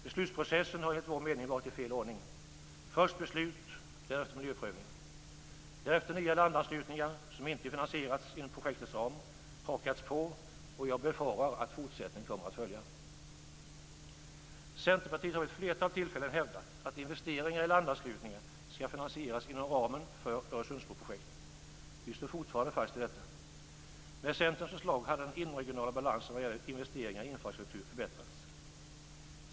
Beslutsprocessen har enligt vår mening skett i fel ordning. Först beslut, därefter miljöprövning. Därefter har nya landanslutningar hakats på, som inte har finansierats inom projektets ram. Jag befarar att fortsättning följer. Centerpartiet har vid ett flertal tillfällen hävdat att investeringar i landanslutningar skall finansieras inom ramen för Öresundsbroprojektet. Vi står fortfarande fast vid detta. Med Centerns förslag hade den inomregionala balansen vad gäller investeringar i infrastruktur förbättrats.